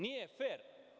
Nije fer.